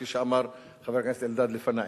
כפי שאמר חבר הכנסת אלדד לפני.